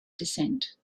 descent